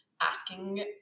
asking